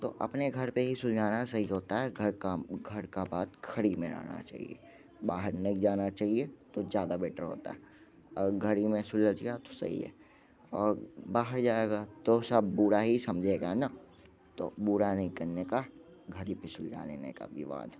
तो अपने घर पर ही सुलझाना सही होता है घर की घर की बात घर ही में रहना चाहिए बाहर नहीं जाना चाहिए तो ज़्यादा बैटर होता है और घर ही में सुलझ गया तो सही है बाहर जाएगा तो सब बुरा ही समझेगा है ना तो बुरा नहीं करने का घर ही पर सुलझा लेने का विवाद